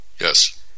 yes